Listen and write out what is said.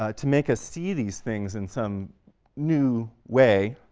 ah to make us see these things in some new way,